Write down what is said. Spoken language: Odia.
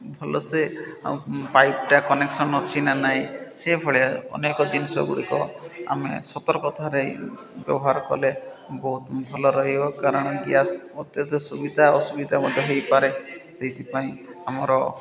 ଭଲସେ ପାଇପ୍ଟା କନେକ୍ସନ୍ ଅଛି ନା ନାଇଁ ସେଭଳିଆ ଅନେକ ଜିନିଷ ଗୁଡ଼ିକ ଆମେ ସତର୍କତାରେ ବ୍ୟବହାର କଲେ ବହୁତ ଭଲ ରହିବ କାରଣ ଗ୍ୟାସ୍ ସୁବିଧା ଅସୁବିଧା ମଧ୍ୟ ହେଇପାରେ ସେଇଥିପାଇଁ ଆମର